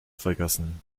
vergessen